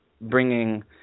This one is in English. bringing